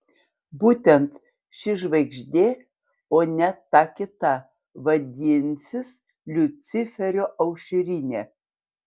būtent ši žvaigždė o ne ta kita vadinsis liuciferio aušrinė